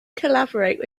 collaborate